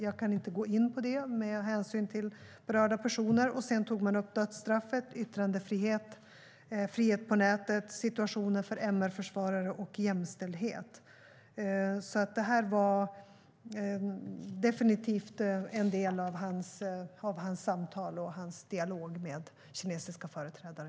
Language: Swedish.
Jag kan inte gå in på det av hänsyn till berörda personer. Sedan tog man upp dödsstraffet, yttrandefrihet, frihet på nätet, situationen för MR-försvarare och jämställdhet. Det här var definitivt en del av hans samtal och hans dialog med kinesiska företrädare.